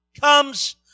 comes